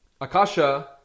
Akasha